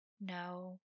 No